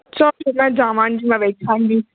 ਚੱਲ ਮੈਂ ਜਾਵਾਂਗੀ ਮੈਂ ਦੇਖਾਂਗੀ